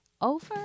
over